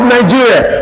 Nigeria